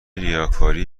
ریاکاری